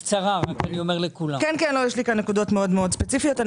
יש לי כאן נקודות מאוד מאוד ספציפיות.